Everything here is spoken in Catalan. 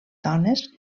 dones